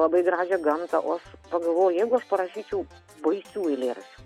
labai gražią gamtą o aš pagalvojau jeigu aš parašyčiau baisių eilėraščių